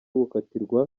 gukatirwa